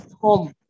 home